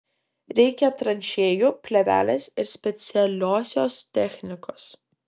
reikia tranšėjų plėvelės ir specialiosios technikos